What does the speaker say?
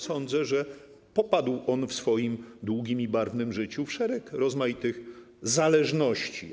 Sądzę, że popadł on w swoim długim i barwnym życiu w szereg rozmaitych zależności.